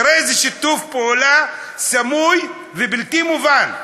תראה איזה שיתוף פעולה סמוי ובלתי מובן.